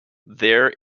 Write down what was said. there